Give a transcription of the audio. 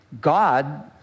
God